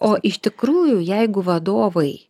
o iš tikrųjų jeigu vadovai